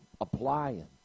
applying